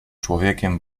człowiekiem